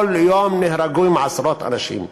כל יום נהרגים עשרות אנשים.